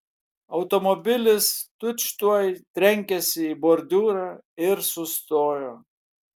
automobilis tučtuoj trenkėsi į bordiūrą ir sustojo